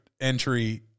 entry